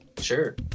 Sure